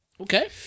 Okay